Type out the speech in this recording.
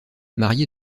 marié